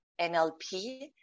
NLP